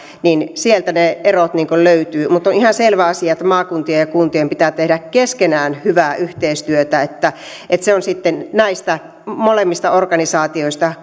sieltä ne erot löytyvät mutta on ihan selvä asia että maakuntien ja kuntien pitää tehdä keskenään hyvää yhteistyötä että että on sitten näistä molemmista organisaatioista